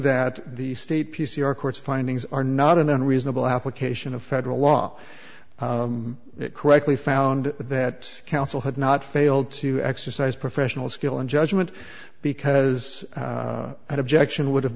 that the state p c r court's findings are not an unreasonable application of federal law it correctly found that counsel had not failed to exercise professional skill and judgment because that objection would have